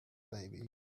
baby